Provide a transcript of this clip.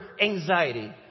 anxiety